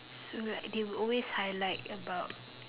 so like they will always highlight about